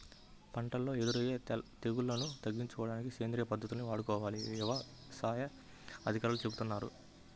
పంటల్లో ఎదురయ్యే తెగుల్లను తగ్గించుకోడానికి సేంద్రియ పద్దతుల్ని వాడుకోవాలని యవసాయ అధికారులు చెబుతున్నారు